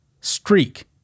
streak